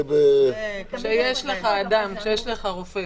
כשיש לך רופא